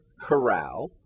corral